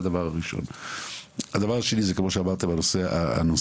ב' הדבר השני כמו שכבר הזכרתי זה נושא החקיקה.